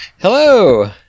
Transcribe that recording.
hello